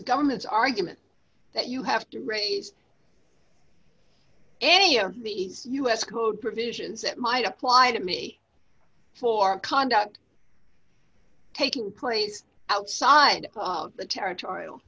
the government's argument that you have to raise any of these u s code provisions that might apply to me for conduct taking place outside the territorial